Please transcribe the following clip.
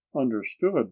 understood